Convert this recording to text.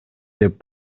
деп